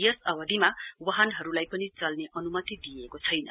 यस अवधिमा वाहनहरूलाई पनि चल्ने अनुमति दिइएको छैन